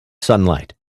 sunlight